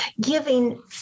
giving